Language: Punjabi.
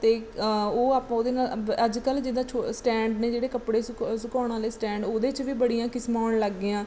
ਅਤੇ ਉਹ ਆਪਾਂ ਉਹਦੇ ਨਾਲ ਅੱਜ ਕੱਲ੍ਹ ਜਿੱਦਾਂ ਛੋ ਸਟੈਂਡ ਨੇ ਜਿਹੜੇ ਕੱਪੜੇ ਸੁਕ ਸੁਕਾਉਣ ਵਾਲੇ ਸਟੈਂਡ ਉਹਦੇ 'ਚ ਵੀ ਬੜੀਆਂ ਕਿਸਮਾਂ ਆਉਣ ਲੱਗ ਗਈਆਂ